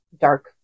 dark